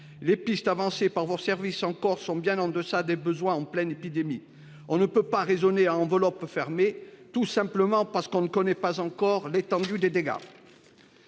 la souveraineté alimentaire en Corse sont bien en deçà des besoins en pleine épidémie. On ne peut pas raisonner à enveloppe fermée, tout simplement parce que l’on ne connaît pas encore l’étendue des dégâts